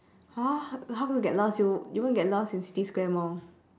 !huh! how how do you get lost you you won't get lost in city square mall